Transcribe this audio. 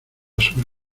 sobre